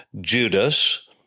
Judas